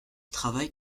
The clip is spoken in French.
travaille